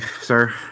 sir